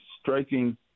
striking